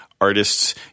artists